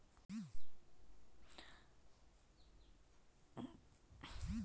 मुझे अपना ए.टी.एम का पिन ऑनलाइन बनाना है कैसे बन सकता है?